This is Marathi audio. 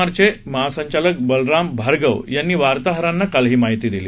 आरचे महासंचालक बलराम भार्गव यांनी वार्ताहरांना काल ही माहीती दिली